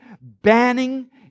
banning